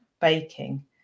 baking